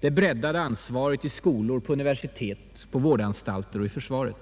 det breddade ansvaret i skolor, universitet, på vårdanstalter och i försvaret.